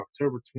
October